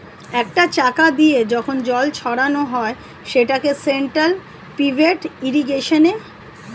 একটা চাকা দিয়ে যখন জল ছড়ানো হয় সেটাকে সেন্ট্রাল পিভট ইর্রিগেশনে